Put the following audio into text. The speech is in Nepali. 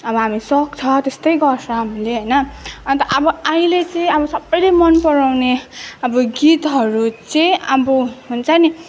अब हामी सक्छ त्यस्तै गर्छ हामीले होइन अन्त अब अहिले चाहिँ अब सबैले मन पराउने अब गीतहरू चाहिँ अब हुन्छ नि